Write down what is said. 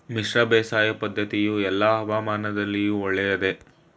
ಮಿಶ್ರ ಬೇಸಾಯ ಪದ್ದತಿಯು ಎಲ್ಲಾ ಹವಾಮಾನದಲ್ಲಿಯೂ ಒಳ್ಳೆಯದೇ?